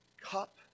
Cup